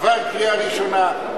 עבר קריאה ראשונה,